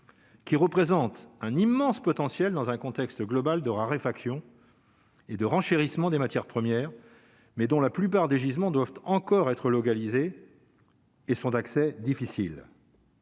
Qui représente un immense potentiel dans un contexte global de raréfaction et de renchérissement des matières premières mais dont la plupart des gisements doivent encore être localisés et sont d'accès difficile.